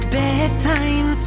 bedtime